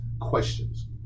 questions